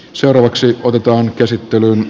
seuraavaksi otetaan käsittelyyn